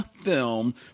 film